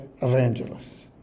evangelists